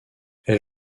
elle